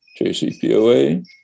JCPOA